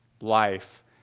life